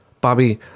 Bobby